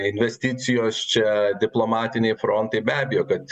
investicijos čia diplomatiniai frontai be abejo kad